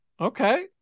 Okay